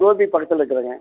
கோபி பக்கத்தில் இருக்கிறேங்க